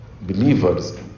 believers